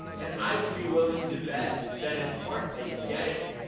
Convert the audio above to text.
and i would be willing to bet that, in part, they get it,